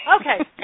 Okay